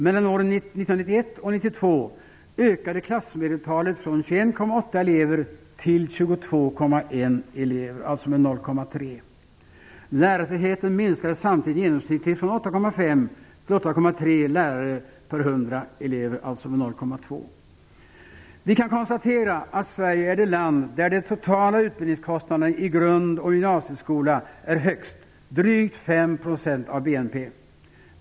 Mellan åren 1991 och 1992 ökade klassmedeltalet från 21,8 elever till 22,1, alltså med Vi kan konstatera att Sverige är det land där de totala utbildningskostnaderna i grundskolan och gymnasieskolan är högst, drygt 5 % av BNP.